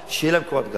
שתהיה להם קורת גג.